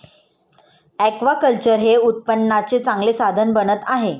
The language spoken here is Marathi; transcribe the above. ऍक्वाकल्चर हे उत्पन्नाचे चांगले साधन बनत आहे